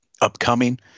upcoming